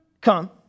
come